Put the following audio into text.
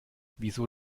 wieso